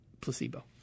placebo